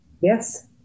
Yes